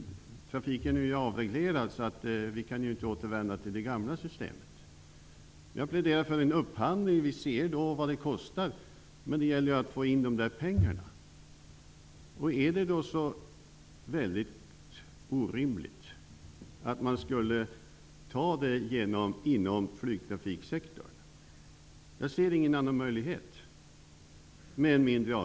Trafiken är ju avreglerad, och vi kan därför inte återvända till det gamla systemet. Jag pläderar alltså för en upphandling. Vi får då se vad en sådan kostar, och det gäller sedan att få in dessa pengar. Är det så orimligt att ta ut en mindre avgift inom flygtrafiksektorn? Jag ser ingen annan möjlighet.